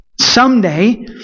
someday